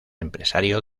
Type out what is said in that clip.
empresario